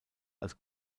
als